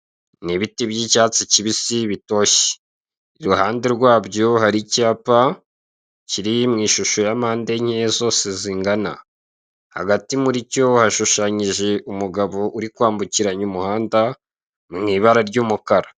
N'ibiti by'icyatsi kibisi bitoshye, iruhande rwabyo hari icyapa kiri mw'ishusho ya mpande enye zose zingana, hagati muricyo hashushanyije umugabo uri kwambukiranya umuhanda mw'ibara ry'umukara.